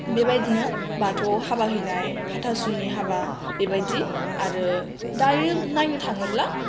बेबायदिनो बाथौआव हाबा हैनाय हाथासुनि हाबा बेबायदि आरो दायो नायनो थाङोब्ला